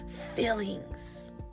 feelings